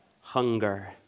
hunger